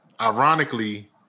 ironically